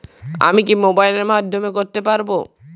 আমি কি মোবাইলের মাধ্যমে করতে পারব?